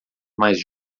mais